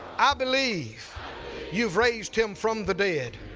i believe you've raised him from the dead